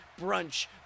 brunch